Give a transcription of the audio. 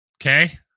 okay